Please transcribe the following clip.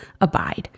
abide